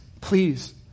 please